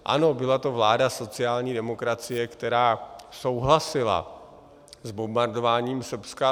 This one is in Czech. Ano, byla to vláda sociální demokracie, která souhlasila s bombardováním Srbska.